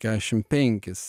kiašim penkis